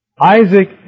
Isaac